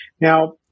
Now